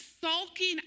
sulking